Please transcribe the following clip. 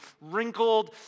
wrinkled